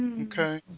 Okay